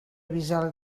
avisar